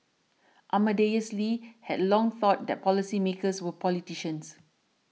Amadeus Lee had long thought that policymakers were politicians